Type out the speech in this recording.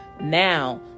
now